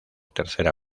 tercera